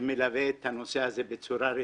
ומלווה את הנושא הזה בצורה רצינית.